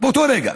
באותו רגע,